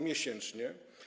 miesięcznie.